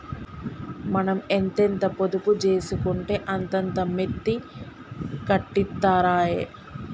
మనం ఎంతెంత పొదుపు జేసుకుంటే అంతంత మిత్తి కట్టిత్తరాయె